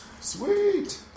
Sweet